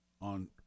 on